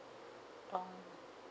oh